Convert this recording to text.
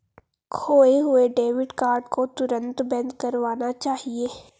खोये हुए debit card को तुरंत बंद करवाना चाहिए